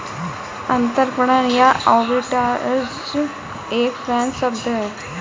अंतरपणन या आर्बिट्राज एक फ्रेंच शब्द है